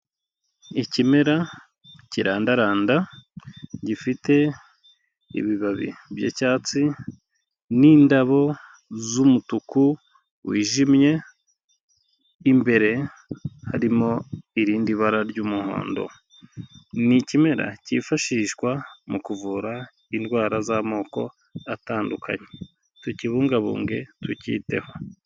Ikimera kirandaranda gifite ibibabi by'icyatsi n'indabo z'umutuku wijimye imbere harimo irindi bara ry'umuhondo n'ikimera cyifashishwa mu kuvura indwara z'amoko atandukanye tukibungabunge tucyiteho.